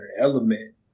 element